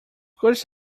course